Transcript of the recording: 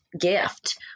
gift